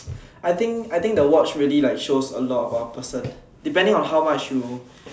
I think I think the watch really like show a lot about a person depending about how much you